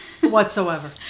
whatsoever